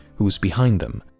who's behind them?